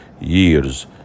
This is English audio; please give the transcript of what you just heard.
years